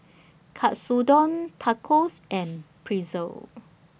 Katsudon Tacos and Pretzel